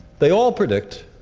they all predict